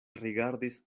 rigardis